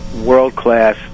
world-class